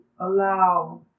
allow